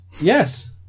yes